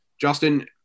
Justin